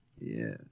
Yes